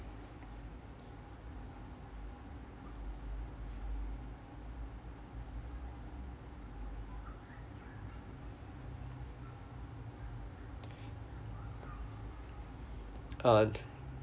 and